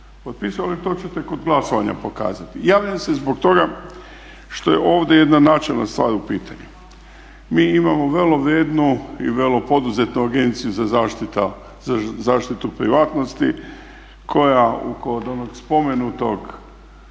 potpisali, to ćete kod glasovanja pokazati. Javljam se zbog toga što je ovdje jedna načelna stvar u pitanju. Mi imamo vrlo vrijednu i vrlo poduzetnu Agenciju za zaštitu privatnosti koja kod onog spomenutog